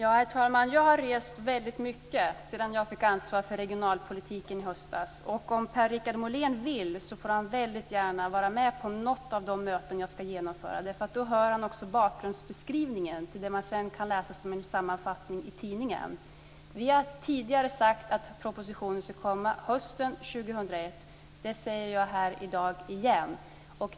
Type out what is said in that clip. Herr talman! Jag har rest väldigt mycket sedan jag fick ansvar för regionalpolitiken i höstas. Om Per Richard Molén vill får han väldigt gärna vara med på något av de möten som jag ska genomföra, därför att då hör han också bakgrunden till det som man sedan kan läsa som en sammanfattning i tidningen. Vi har tidigare sagt att propositionen ska komma hösten 2001. Det säger jag här i dag igen.